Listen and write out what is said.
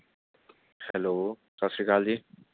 hello ਸਤਿ ਸ਼੍ਰੀ ਅਕਾਲ ਜੀ